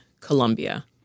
Colombia